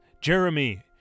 Jeremy